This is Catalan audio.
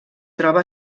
troba